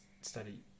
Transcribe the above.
study